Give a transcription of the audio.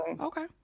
Okay